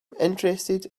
interested